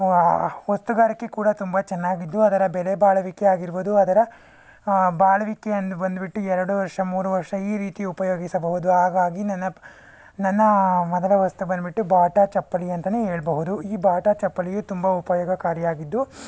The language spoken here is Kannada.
ವಸ್ತುಗಾರಿಕೆ ಕೂಡ ತುಂಬ ಚೆನ್ನಾಗಿದ್ದು ಅದರ ಬೆಲೆ ಬಾಳುವಿಕೆ ಆಗಿರ್ಬೋದು ಅದರ ಬಾಳ್ವಿಕೆ ಅಂದು ಬಂದ್ಬಿಟ್ಟು ಎರಡು ವರ್ಷ ಮೂರು ವರ್ಷ ಈ ರೀತಿ ಉಪಯೋಗಿಸಬಹುದು ಹಾಗಾಗಿ ನನ್ನ ನನ್ನ ಮೊದಲ ವಸ್ತು ಬಂದ್ಬಿಟ್ಟು ಬಾಟಾ ಚಪ್ಪಲಿ ಅಂತನೇ ಹೇಳಬಹುದು ಈ ಬಾಟಾ ಚಪ್ಪಲಿಯು ತುಂಬ ಉಪಯೋಗಕಾರಿಯಾಗಿದ್ದು